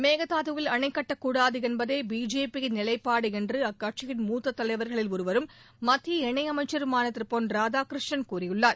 மேகதாதவில் அணைக் கட்டக்கூடாது என்பதே பிஜேபியின் நிலைப்பாடு என்று அக்கட்சியின் மூத்த தலைவர்களில் ஒருவரும் மத்திய இணையமைச்சருமான திரு பொன் ராதாகிருஷ்ணன் கூறியுள்ளார்